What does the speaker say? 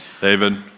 David